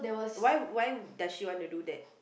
why why does she wanna do that